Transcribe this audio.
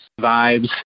vibes